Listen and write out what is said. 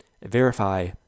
verify